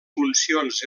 funcions